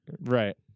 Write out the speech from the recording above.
Right